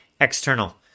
external